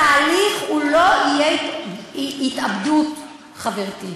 התהליך, הוא לא יהיה התאבדות, חברתי.